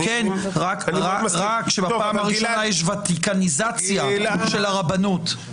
כן, רק שבפעם הראשונה יש ותיקניזציה של הרבנות.